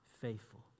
faithful